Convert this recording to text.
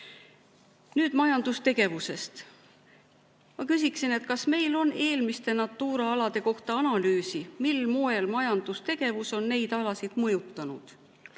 ise. Nüüd majandustegevusest. Ma küsiksin, kas meil on eelmiste Natura alade kohta analüüsi, mil moel majandustegevus on neid alasid mõjutanud.